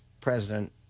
President